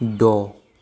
द'